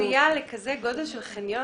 קומה שנייה לגודל כזה של חניון,